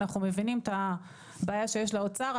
אנחנו מבינים את הבעיה שיש לאוצר,